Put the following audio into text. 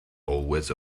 always